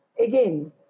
again